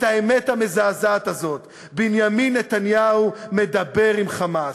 את האמת המזעזעת הזאת: בנימין נתניהו מדבר עם ה"חמאס".